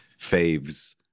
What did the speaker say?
faves